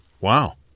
Wow